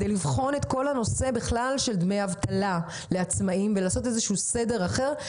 לבחון את כל הנושא של דמי אבטלה לעצמאים ולעשות איזשהו סדר אחר.